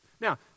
Now